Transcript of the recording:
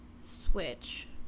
switch